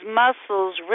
muscles